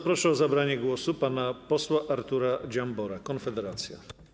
Proszę o zabranie głosu pana posła Artura Dziambora, Konfederacja.